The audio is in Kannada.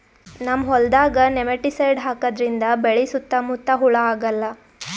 ನಮ್ಮ್ ಹೊಲ್ದಾಗ್ ನೆಮಟಿಸೈಡ್ ಹಾಕದ್ರಿಂದ್ ಬೆಳಿ ಸುತ್ತಾ ಮುತ್ತಾ ಹುಳಾ ಆಗಲ್ಲ